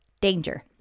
danger